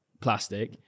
plastic